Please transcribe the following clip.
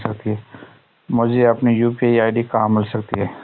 मुझे अपनी UPI ID कहां मिल सकती है?